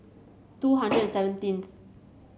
two hundred and seventeenth